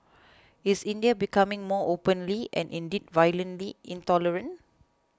is India becoming more openly and indeed violently intolerant